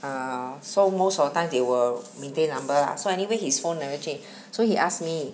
uh so most of times they will maintain number ah so anyway his phone never change so he ask me